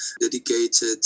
dedicated